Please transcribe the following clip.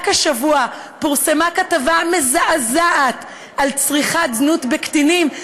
רק השבוע פורסמה כתבה מזעזעת על צריכת זנות אצל קטינים,